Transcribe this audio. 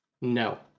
No